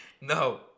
No